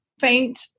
faint